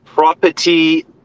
Property